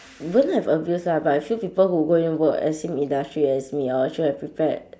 won't have abuse lah but I feel people who go and work as same industrial as me hor should have prepared